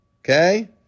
Okay